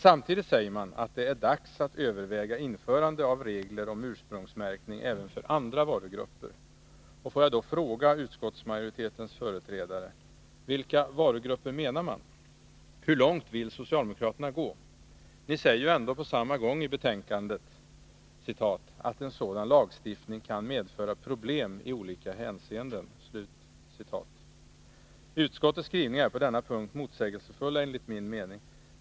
Samtidigt säger man att det är dags att överväga införande av regler om ursprungsmärkning även för andra varugrupper. Får jag då fråga utskottsmajoritetens företrädare: Vilka varugrupper menar man? Hur långt vill socialdemokraterna gå? Ni säger ju ändå på samma gång i betänkandet ”att en sådan lagstiftning kan medföra problem i olika hänseenden”. Utskottets skrivningar är på denna punkt enligt min mening motsägelsefulla.